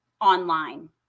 online